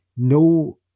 No